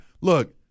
Look